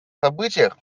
событиях